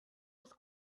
was